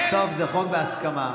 בסוף זה חוק בהסכמה.